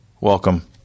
welcome